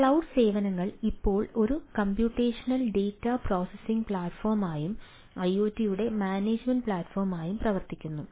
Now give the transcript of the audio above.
cloud സേവനങ്ങൾ ഇപ്പോൾ ഒരു കമ്പ്യൂട്ടേഷണൽ ഡാറ്റ പ്രോസസ്സിംഗ് പ്ലാറ്റ്ഫോമായും ഐഒടിയുടെ മാനേജുമെന്റ് പ്ലാറ്റ്ഫോമായും പ്രവർത്തിക്കുന്നു